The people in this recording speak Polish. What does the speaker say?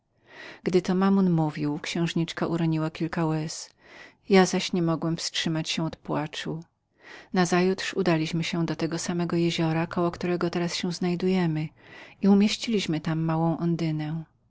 lafrito podczas tej mowy księżniczka uroniła kilka łez ja zaś niemogłem wstrzymać się od płaczu nazajutrz udaliśmy się do tego samego jeziora około którego teraz się znajdujemy i umieściliśmy małą